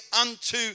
unto